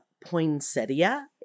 poinsettia